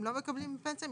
הם לא מקבלים פנסיה?